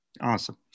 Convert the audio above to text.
Awesome